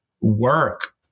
work